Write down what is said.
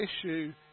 issue